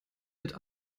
mit